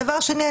דבר שני,